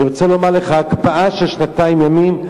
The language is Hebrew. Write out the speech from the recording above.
אני רוצה לומר לך, הקפאה של שנתיים ימים,